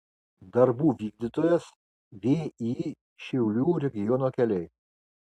darbų vykdytojas vį šiaulių regiono keliai